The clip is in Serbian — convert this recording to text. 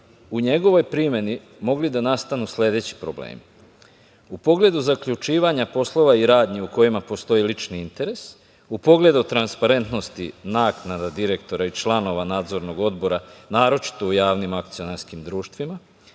u njegovoj primeni mogli da nastanu sledeći problemi.U pogledu zaključivanja poslova i radnji u kojima postoji lični interes, u pogledu transparentnosti naknada direktora i članova Nadzornog odbora, naročito u javnim akcionarskim društvima,